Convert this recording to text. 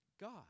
God